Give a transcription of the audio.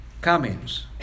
Comments